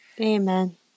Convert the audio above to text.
Amen